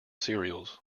cereals